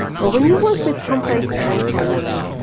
but when you work with complex array formulas,